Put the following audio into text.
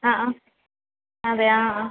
ആ ആ അതെ ആ ആ